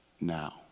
now